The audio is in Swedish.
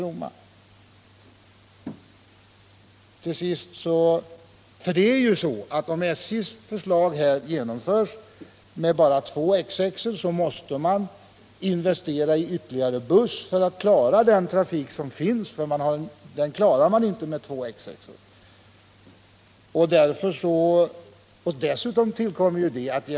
Om SJ:s förslag innefattande bara två X6 or genomförs, måste nämligen ytterligare bussar anskaffas för att klara trafiken på sträckan.